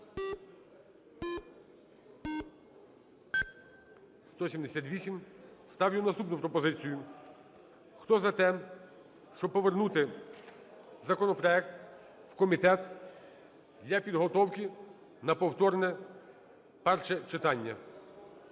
За-178 Ставлю наступну пропозицію. Хто за те, щоб повернути законопроект в комітет для підготовки на повторне перше читання?